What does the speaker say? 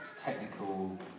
technical